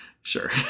Sure